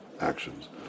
actions